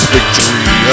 Victory